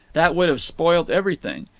that would have spoilt everything.